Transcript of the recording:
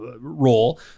role